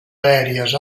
aèries